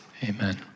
Amen